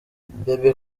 bebe